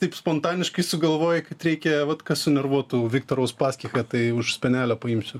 taip spontaniškai sugalvojai kad reikia vat kas sunervuotų viktorą uspaskichą tai už spenelio paimsiu